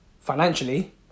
financially